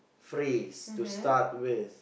phrase to start with